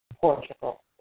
Portugal